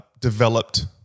developed